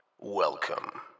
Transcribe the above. welcome